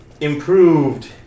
improved